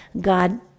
God